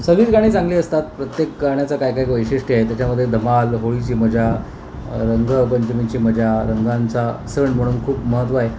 सगळीच गाणी चांगली असतात प्रत्येक गाण्याचं काय काय वैशिष्ट्य आहे त्याच्यामध्ये धमाल होळीची मजा रंगपंचमींची मजा रंगांचा सण म्हणून खूप महत्त्व आहे